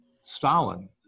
Stalin